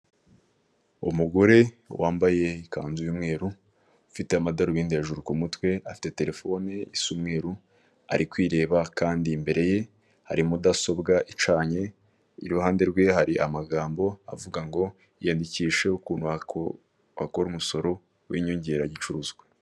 Umugore wambaye ikanzu y'umweru, ufite amadarubindi hejuru ku mutwe, afite terefone isa umweru ari kwireba, kandi imbere ye hari mudasobwa icanye, iruhande rwe hari amagambo avuga ngo iyandikishe ukuntu wakora umusoro w'inyongera gicuruzwa.